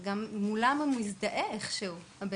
גם מולם אותו אדם מזדהה איכשהו.